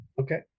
Okay